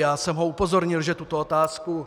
Já jsem ho upozornil, že tuto otázku